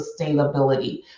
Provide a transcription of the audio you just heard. sustainability